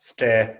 Stay